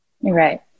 right